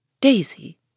Daisy